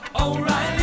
O'Reilly